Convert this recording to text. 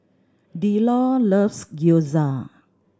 Delores loves Gyoza